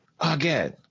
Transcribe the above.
Again